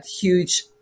huge